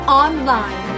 online